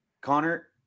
Connor